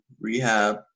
rehab